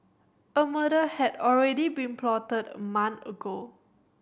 a murder had already been plotted a month ago